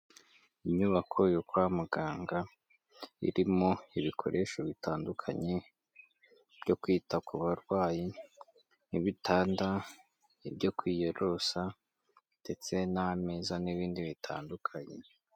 Inyubako yo kwa muganga irimo ibikoresho bitandukanye byo kwita ku barwayi, nk'ibitanda ibyo kwiyorosa ndetse n'ameza n'ibindi bitandukanye.